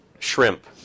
Shrimp